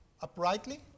uprightly